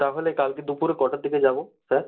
তাহলে কালকে দুপুরে কটার দিকে যাব স্যার